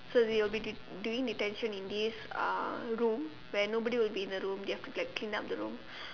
so they will be doing doing detention in this uh room where nobody will be in the room they have to like clean up the room